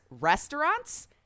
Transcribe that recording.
restaurants